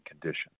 condition